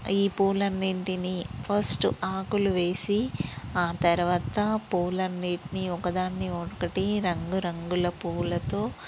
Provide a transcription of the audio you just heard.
ఈ పూలన్నింటిని ఫస్ట్ ఆకులు వేసి ఆ తర్వాత పూలన్నిటిని ఒక దాన్ని ఒకటి రంగు రంగులుల పూలతో